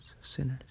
sinners